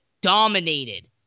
dominated